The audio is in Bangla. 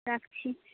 রাখছি